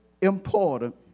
important